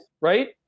right